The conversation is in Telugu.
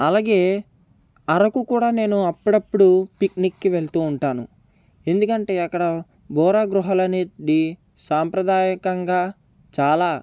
అలాగే అరకు కూడా నేను అప్పుడప్పుడు పిక్నిక్కి వెళ్తూ ఉంటాను ఎందుకంటే అక్కడ బొర్రా గుహలు అనేటిది సంప్రదాయకంగా చాలా